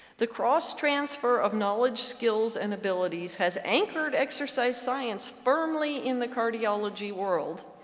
the cross-transfer of knowledge, skills, and abilities has anchored exercise science firmly in the cardiology world,